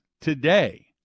today